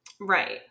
Right